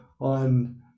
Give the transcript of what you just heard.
on